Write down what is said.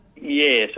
Yes